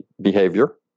Behavior